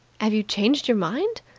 have you changed your mind?